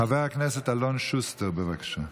חבר הכנסת אלון שוסטר, בבקשה.